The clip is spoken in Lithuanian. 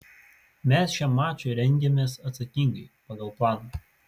mes šiam mačui rengiamės atsakingai pagal planą